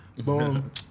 boom